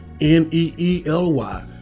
N-E-E-L-Y